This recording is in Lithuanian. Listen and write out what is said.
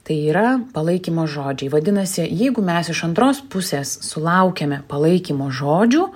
tai yra palaikymo žodžiai vadinasi jeigu mes iš antros pusės sulaukiame palaikymo žodžių